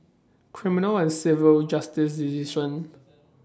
Civil and Criminal Justice Division